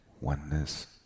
oneness